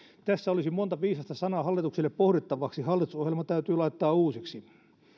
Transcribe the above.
tässä olisi monta viisasta sanaa hallitukselle pohdittavaksi hallitusohjelma täytyy laittaa uusiksi